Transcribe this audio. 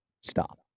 Stop